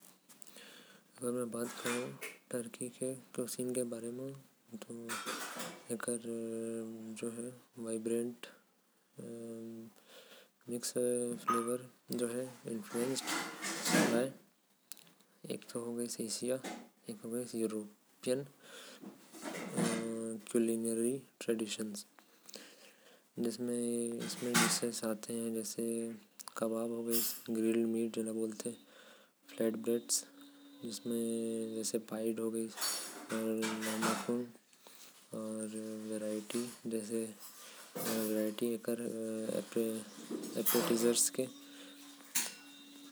एशिया अउ यूरोप से मिलेल जुलल एमन के पाक शैली हवे। तुर्की मन कबाब, पाइड, बकलवा, अउ कोफ्ता खाथे। एहि सब वहा के लोग मन ज्यादा खाथे।